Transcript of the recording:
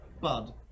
bud